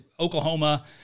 Oklahoma